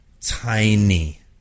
tiny